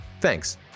thanks